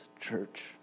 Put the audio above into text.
church